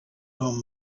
home